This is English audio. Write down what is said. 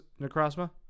Necrozma